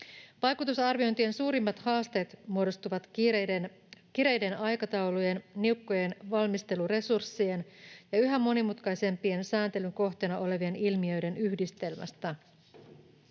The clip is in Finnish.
Vaikutusarviointien suurimmat haasteet muodostuvat kireiden aikataulujen, niukkojen valmisteluresurssien ja yhä monimutkaisempien sääntelyn kohteena olevien ilmiöiden yhdistelmästä.